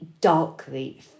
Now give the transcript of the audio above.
darkly